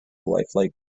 lifelike